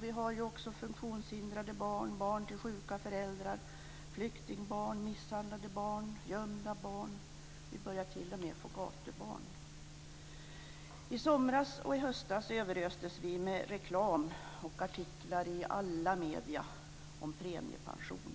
Vi har också funktionshindrade barn, barn till sjuka föräldrar, flyktingbarn, misshandlade barn, gömda barn, och vi börjar t.o.m. få gatubarn. I somras och i höstas överöstes vi med reklam och artiklar i alla medier om premiepension.